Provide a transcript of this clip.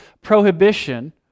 prohibition